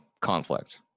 conflict